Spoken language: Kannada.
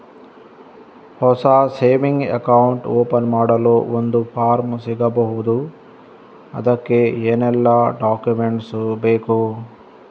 ಹೊಸ ಸೇವಿಂಗ್ ಅಕೌಂಟ್ ಓಪನ್ ಮಾಡಲು ಒಂದು ಫಾರ್ಮ್ ಸಿಗಬಹುದು? ಅದಕ್ಕೆ ಏನೆಲ್ಲಾ ಡಾಕ್ಯುಮೆಂಟ್ಸ್ ಬೇಕು?